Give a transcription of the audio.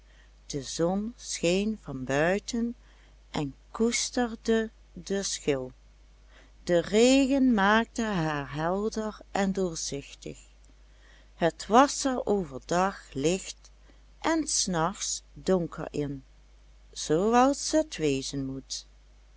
de zon scheen van buiten en koesterde de schil de regen maakte haar helder en doorzichtig het was er overdag licht en s nachts donker in zooals het wezen moet